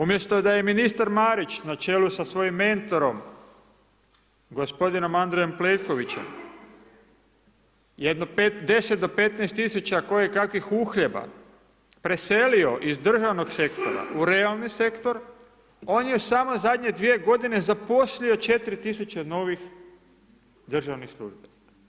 Umjesto da je ministar Marić na čelu sa svojim mentorom gospodinom Andrejom Plenkovićem jedno 10 do 15 tisuća kojekakvih uhljeba preselio iz državnog sektora u realni sektor on je samo zadnje 2 godine zaposlio 4.000 novih državnih službenika.